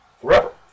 forever